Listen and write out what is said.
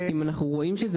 אם אנחנו רואים שזאת